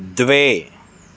द्वे